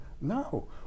No